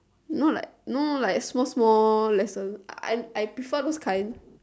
know like know like small small lesson I I prefer those kind